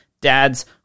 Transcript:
Dads